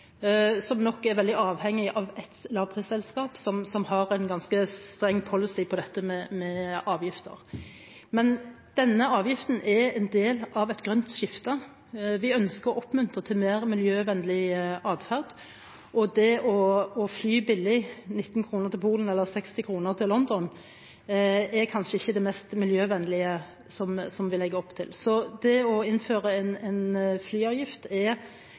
som nok er veldig avhengig av ett lavprisselskap som har en ganske streng policy for dette med avgifter. Men denne avgiften er en del av et grønt skifte. Vi ønsker å oppmuntre til mer miljøvennlig atferd, og det å fly billig – 19 kr til Polen eller 60 kr til London – er kanskje ikke det mest miljøvennlige vi legger opp til. Så det å innføre en flyseteavgift er en